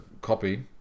copy